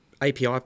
API